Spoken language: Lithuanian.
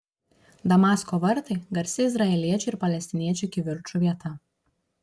damasko vartai garsi izraeliečių ir palestiniečių kivirčų vieta